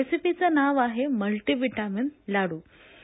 रेसिपीचं नाव आहे मल्टिव्हिटॅमिन लाडू